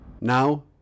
Now